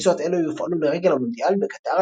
טיסות אלה יופעלו לרגל המונדיאל בקטר